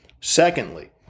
Secondly